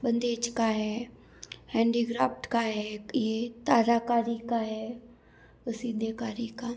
बंदेज का है हैंडीक्राफ्ट का है ये ताराकारी का है का